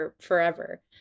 forever